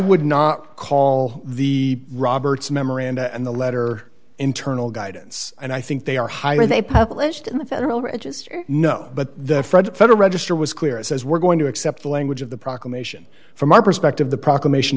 would not call the roberts memoranda and the letter internal guidance and i think they are higher than published in the federal register no but the federal register was clear it says we're going to accept the language of the proclamation from our perspective the proclamation